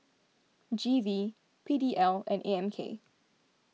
G V P D L and A M K